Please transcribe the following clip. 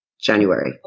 January